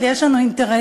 אבל יש לנו אינטרסים.